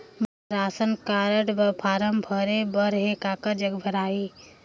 मोला ration card बर form भरे बर हे काकर जग भराही?